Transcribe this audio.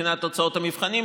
מבחינת תוצאות המבחנים,